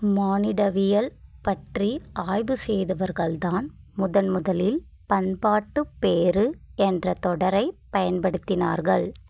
மானிடவியல் பற்றி ஆய்வு செய்தவர்கள்தான் முதன்முதலில் பண்பாட்டுப்பேறு என்ற தொடரை பயன்படுத்தினார்கள்